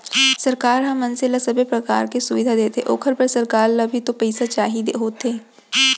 सरकार ह मनसे ल सबे परकार के सुबिधा देथे ओखर बर सरकार ल भी तो पइसा चाही होथे